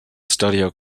studio